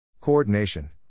Coordination